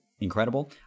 incredible